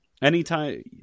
Anytime